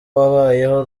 babayeho